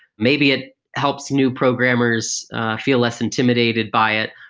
maybe it helps new programmers feel less intimidated by it,